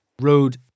road